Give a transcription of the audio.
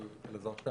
אלעזר שטרן.